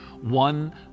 one